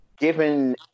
given